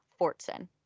Fortson